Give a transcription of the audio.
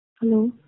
Hello